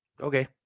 Okay